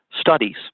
studies